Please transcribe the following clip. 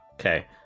Okay